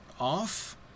off